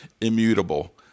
immutable